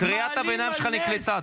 קריאת הביניים שלך נקלטה.